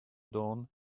dawn